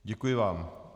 Děkuji vám.